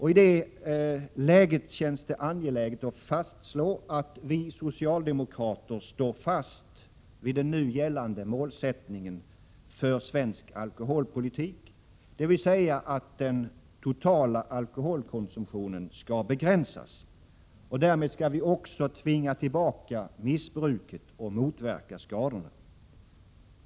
I det här läget känns det angeläget att betona att vi socialdemokrater står fast vid den nu gällande målsättningen för svensk alkoholpolitik, dvs. att den totala alkoholkonsumtionen skall begränsas. Därmed skall vi också tvinga tillbaka missbruket och motverka skadorna.